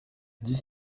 dix